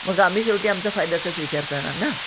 मग आम्ही शेवटी आमचा फायद्याचाच विचार करणार ना